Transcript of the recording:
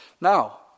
Now